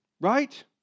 right